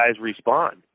respond